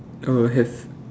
err have